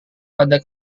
pada